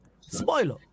Spoiler